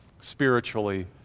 spiritually